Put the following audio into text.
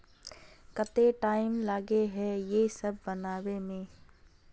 केते टाइम लगे है ये सब बनावे में?